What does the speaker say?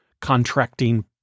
contracting